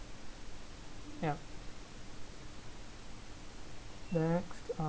yup next uh